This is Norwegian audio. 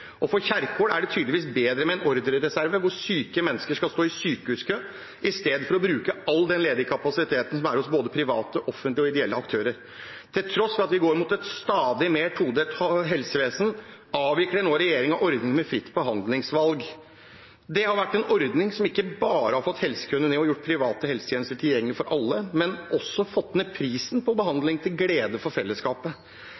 og for Kjerkol er det tydeligvis bedre med en ordrereserve hvor syke mennesker skal stå i sykehuskø, enn å bruke all den ledige kapasiteten som er hos både private, offentlige og ideelle aktører. Til tross for at vi går mot et stadig mer todelt helsevesen, avvikler regjeringen nå ordningen med fritt behandlingsvalg. Det har vært en ordning som ikke bare har fått helsekøene ned og gjort private helsetjenester tilgjengelig for alle, men som også har fått ned prisen på